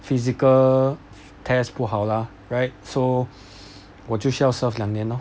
physical test 不好 lah right so 我就需要 serve 两年 lor